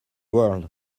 world